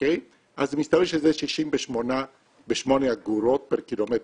אז מסתבר שזה 68 אגורות פר קילומטר.